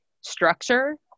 structure